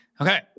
Okay